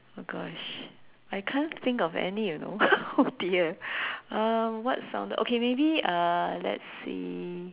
oh gosh I can't think of any you know oh dear um what sounded okay maybe uh let's see